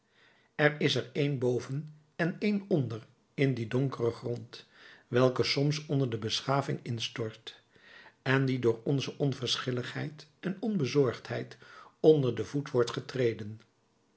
er is een boven en een onder in dien donkeren grond welke soms onder de beschaving instort en die door onze onverschilligheid en onbezorgdheid onder den voet wordt getreden